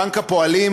בנק הפועלים,